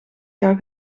jaar